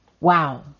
Wow